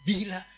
Bila